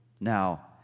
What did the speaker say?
Now